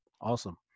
Awesome